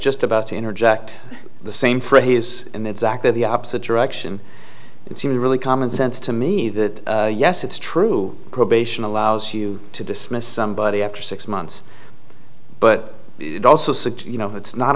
just about to interject the same phrase and exactly the opposite direction it seems a really common sense to me that yes it's true probation allows you to dismiss somebody after six months but also six you know it's not